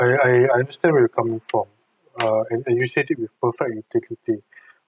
I I I understand where you're coming from uh an initiative with perfect utility